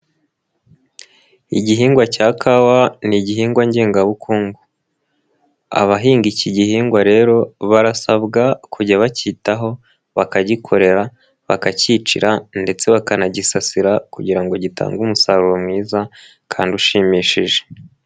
Igihingwa cya kawa ni igihingwa ngengabukungu, abahinga iki gihingwa rero barasabwa kujya bakitaho, bakagikorera, bakakicira ndetse bakanagisasira kugira ngo gitange umusaruro mwiza kandi ushimishije.